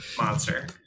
monster